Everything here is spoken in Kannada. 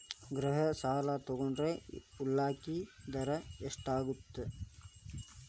ಗೃಹ ಸಾಲ ತೊಗೊಂಡ್ರ ಉಲ್ಲೇಖ ದರ ಎಷ್ಟಾಗತ್ತ